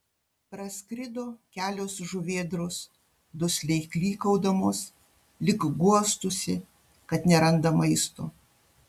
praskrido kelios žuvėdros dusliai klykaudamos lyg guostųsi kad neranda maisto